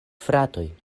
fratoj